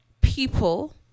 people